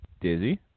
Dizzy